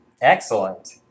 Excellent